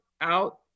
out